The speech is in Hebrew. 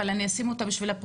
אבל אני אשים אותה בפרוטוקול.